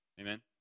Amen